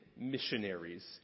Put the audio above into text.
missionaries